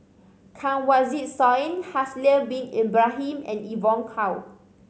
Kanwaljit Soin Haslir Bin Ibrahim and Evon Kow